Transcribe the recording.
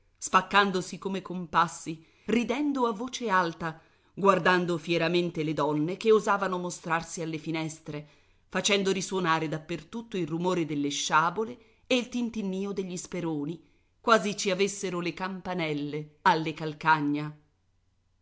spaccandosi come compassi ridendo a voce alta guardando fieramente le donne che osavano mostrarsi alle finestre facendo risuonare da per tutto il rumore delle sciabole e il tintinnìo degli speroni quasi ci avessero le campanelle alle calcagna